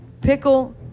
Pickle